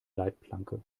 leitplanke